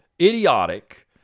idiotic